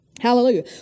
Hallelujah